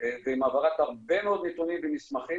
ועם העברת הרבה מאוד נתונים ומסמכים